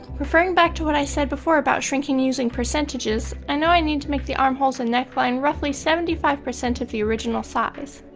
referring back to what i said before about shrinking using percentages, i know i need to make the arm holes and neck line roughly seventy five percent of the original size.